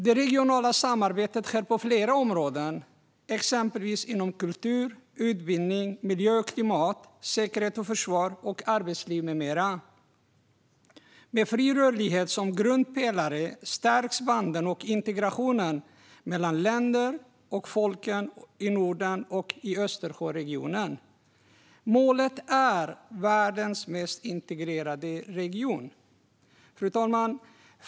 Det regionala samarbetet sker på flera områden, exempelvis inom kultur, utbildning, miljö och klimat, säkerhet och försvar och arbetsliv med mera. Med fri rörlighet som grundpelare stärks banden och integrationen mellan länderna och folken i Norden och i Östersjöregionen. Målet är världens mest integrerade region.